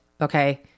Okay